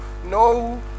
No